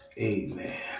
amen